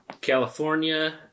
California